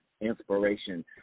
inspiration